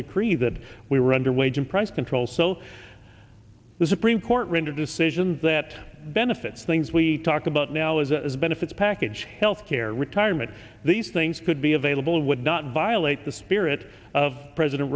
decree that we were under wage and price controls so the supreme court rendered decisions that benefits things we talk about now as a benefits package health care retirement these things could be available it would not violate the spirit of president